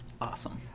Awesome